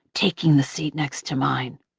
taking the seat next to mine.